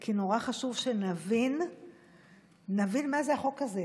כי נורא חשוב שנבין מה זה החוק הזה,